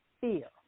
fear